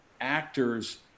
actors